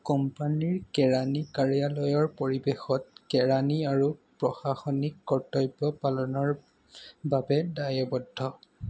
কোম্পানীৰ কেৰাণী কাৰ্যালয়ৰ পৰিৱেশত কেৰাণী আৰু প্ৰশাসনিক কৰ্তব্য পালনৰ বাবে দায়বদ্ধ